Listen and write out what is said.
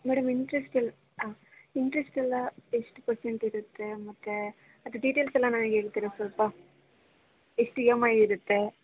madam interest ಎಲ್ಲ interest ಎಲ್ಲ ಎಷ್ಟು ಪರ್ಸೆಂಟ್ ಇರುತ್ತೆ ಮತ್ತು ಅದು ಡೀಟೇಲ್ಸ್ ಎಲ್ಲ ನನಗೆ ಹೇಳ್ತೀರ ಸ್ವಲ್ಪ ಎಷ್ಟು ಇ ಎಮ್ ಐ ಇರುತ್ತೆ